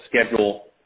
schedule